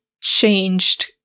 changed